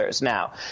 Now